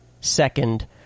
second